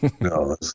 No